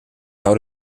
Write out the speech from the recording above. hou